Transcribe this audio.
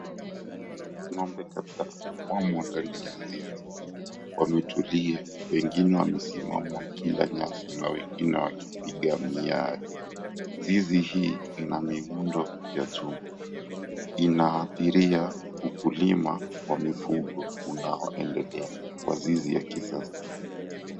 Ng'ombe kadhaa wamo ndani ya zizi. Wametulia wengine wamesimama kila nyasi, na wengine wakipiga miayo. Zizi hii ina miundo ya chuma. Inaathiria ukulima kwa mifugo, unaoendelea kwa zizi ya kisasa.